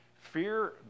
Fear